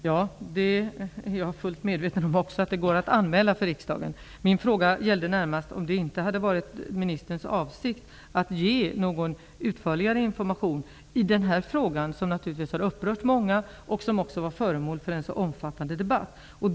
Herr talman! Också jag är fullt medveten om att det går att anmäla förordningsförändringar för riksdagen. Min fråga gällde närmast om ministern inte hade haft för avsikt att ge någon utförligare information i den här frågan, som naturligtvis har upprört många och som också var föremål för en sådan omfattande debatt.